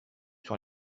sur